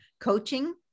coaching